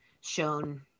shown